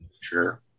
Sure